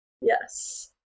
Yes